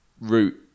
Root